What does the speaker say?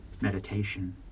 meditation